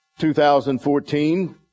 2014